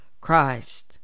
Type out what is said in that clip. Christ